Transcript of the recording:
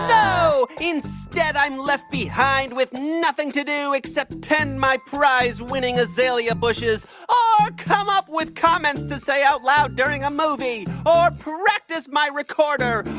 no. instead, i'm left behind with nothing to do except tend my prize-winning azalea bushes ah or come up with comments to say out loud during a movie or practice my recorder or.